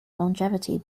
longevity